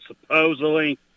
supposedly